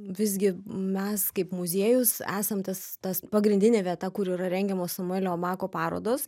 visgi mes kaip muziejus esam tas tas pagrindinė vieta kur yra rengiamos samuelio bako parodos